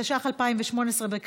התשע"ח 2018,